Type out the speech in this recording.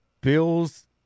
Bills